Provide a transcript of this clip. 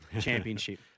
championship